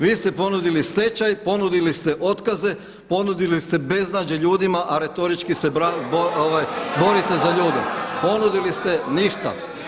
Vi ste ponudili stečaj, ponudili ste otkaze, ponudili ste beznađe ljudima, a retorički se borite za ljude, ponudili ste ništa.